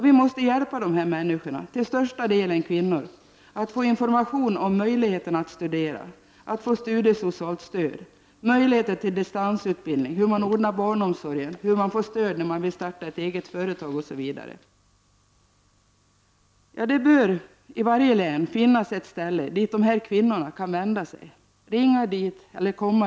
Vi måste hjälpa dessa människor — till största delen kvinnor — att få information om möjligheterna att studera, få studiesocialt stöd, möjligheter till distansutbildning, hur man ordnar barnomsorgen, hur man får stöd när man vill starta ett eget företag, OSV. Det bör i varje län finnas ett ställe dit dessa kvinnor kan vända sig. Dit de kan ringa eller komma.